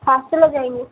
హాస్టల్లో జాయిన్ చేస్తారా